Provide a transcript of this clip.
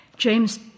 James